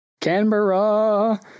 canberra